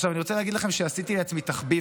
עכשיו אני רוצה להגיד לכם שעשיתי לעצמי תחביב